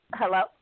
hello